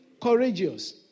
courageous